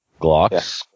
Glocks